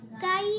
guy